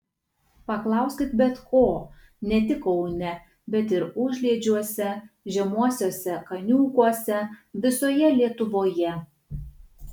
paklauskit bet ko ne tik kaune bet ir užliedžiuose žemuosiuose kaniūkuose visoje lietuvoje